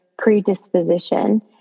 predisposition